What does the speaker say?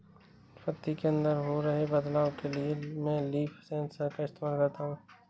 पत्ती के अंदर हो रहे बदलाव के लिए मैं लीफ सेंसर का इस्तेमाल करता हूँ